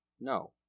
No